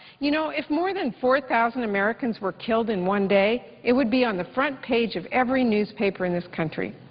you know, if more than four thousand americans were killed in one day, it would be on the front page of every newspaper in this country.